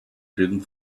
didn’t